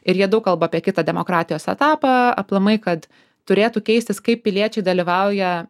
ir jie daug kalba apie kitą demokratijos etapą aplamai kad turėtų keistis kaip piliečiai dalyvauja